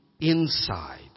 inside